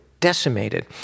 decimated